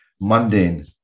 mundane